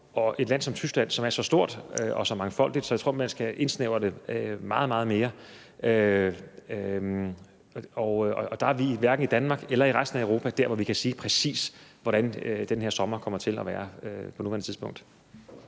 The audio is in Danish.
et land som Tyskland, som er så stort og så mangfoldigt, tror jeg, man skal indsnævre det meget, meget mere. Og vi er hverken i Danmark eller i resten af Europa på nuværende tidspunkt der, hvor vi præcis kan sige, hvordan den her sommer kommer til at være. Kl. 14:06 Den